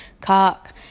cock